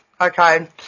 okay